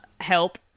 help